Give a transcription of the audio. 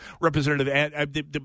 Representative